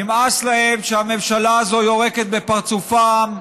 נמאס להם שהממשלה הזו יורקת בפרצופם,